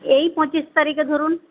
এই পঁচিশ তারিখে ধরুন